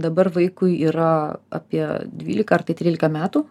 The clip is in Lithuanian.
dabar vaikui yra apie dvylika ar tai trylika metų